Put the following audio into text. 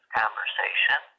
conversation